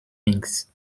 things